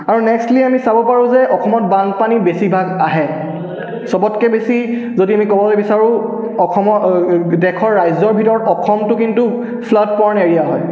আৰু নেক্সটলি আমি চাব পাৰোঁ যে অসমত বানপানী বেছিভাগ আহে সবতকৈ বেছি যদি আমি ক'বলৈ বিচাৰোঁ অসমৰ দেশৰ ৰাজ্যৰ ভিতৰত অসমটো কিন্তু ফ্লাডপ্ৰ'ণ এৰিয়া হয়